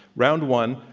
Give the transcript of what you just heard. round one,